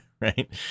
right